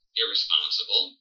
irresponsible